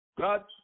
God